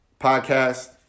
podcast